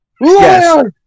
Yes